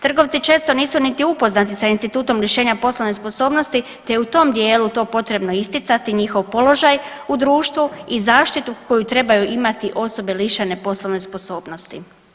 Trgovci često nisu niti upoznati s institutom rješenja poslovne sposobnosti te je u tom dijelu to potrebno isticati njihov položaj u društvu i zaštitu koju trebaju imati osobe lišene poslovne sposobnosti.